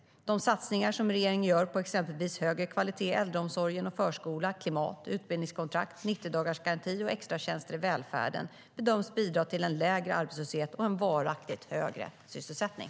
De satsningar som regeringen gör på exempelvis högre kvalitet i äldreomsorg och förskola, klimat, utbildningskontrakt, 90-dagarsgarantin och extratjänster i välfärden bedöms bidra till en lägre arbetslöshet och en varaktigt högre sysselsättning.